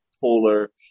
polar